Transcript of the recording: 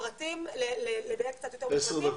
לדייק קצת יותר בפרטים.